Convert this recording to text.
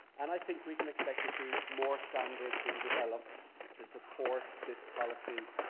and i think we can expect to see more standards being developed to support this policy